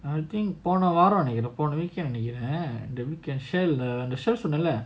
I think போனவாரம்நெனைக்கிறேன்இல்லபோன:pona vaaram nenaikkiren illa pona weekend நெனைக்கிறேன்:nenaikkiren can share சொன்னன்ல:sonnanla